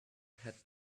had